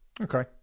Okay